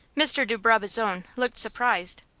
mr. de brabazon looked surprised.